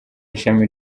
ishami